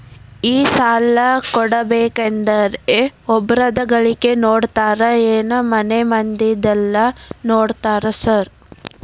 ಈ ಸಾಲ ಕೊಡ್ಬೇಕಂದ್ರೆ ಒಬ್ರದ ಗಳಿಕೆ ನೋಡ್ತೇರಾ ಏನ್ ಮನೆ ಮಂದಿದೆಲ್ಲ ನೋಡ್ತೇರಾ ಸಾರ್?